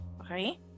okay